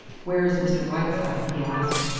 where is mr. whiteside? he asked.